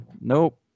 Nope